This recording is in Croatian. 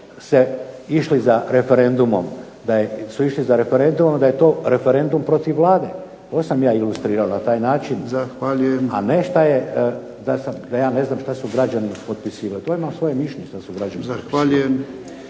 se išli za referendumom, da je to referendum protiv Vlade. To sam ja ilustrirao na taj način. A ne da ja ne znam što su građani potpisivali. To ja imam svoje mišljenje što su građani potpisivali.